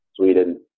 Sweden